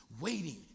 waiting